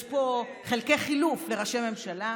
יש פה חלקי חילוף לראשי ממשלה,